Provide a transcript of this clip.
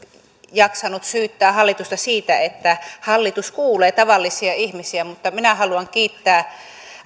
jaksanut syyttää hallitusta siitä että hallitus kuulee tavallisia ihmisiä mutta minä haluan kiittää